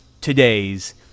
today's